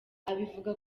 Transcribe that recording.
abivuga